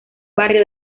barrio